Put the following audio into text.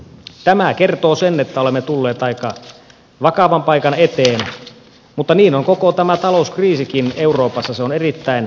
tämä kertoo sen että olemme tulleet aika vakavan paikan eteen mutta niin on koko tämä talouskriisikin euroopassa erittäin huolestuttava